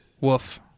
Woof